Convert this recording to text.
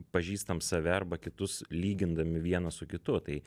pažįstam save arba kitus lygindami vienas su kitu tai